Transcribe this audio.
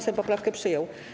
Sejm poprawkę przyjął.